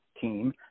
team